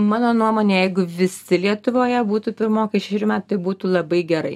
mano nuomone jeigu visi lietuvoje būtų pirmokai šešerių metų tai būtų labai gerai